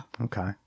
Okay